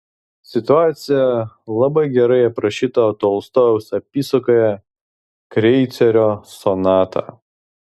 situacija labai gerai aprašyta tolstojaus apysakoje kreicerio sonata